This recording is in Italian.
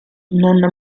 nonna